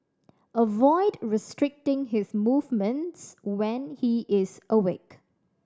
avoid restricting his movements when he is awake